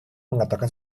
mengatakan